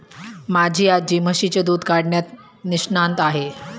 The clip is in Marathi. माझी आजी म्हशीचे दूध काढण्यात निष्णात आहे